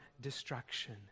destruction